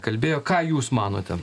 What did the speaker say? kalbėjo ką jūs manote